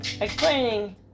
explaining